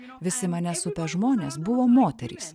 visi mane supę žmonės buvo moterys